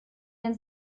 den